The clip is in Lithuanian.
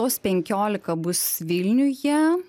tos penkiolika bus vilniuje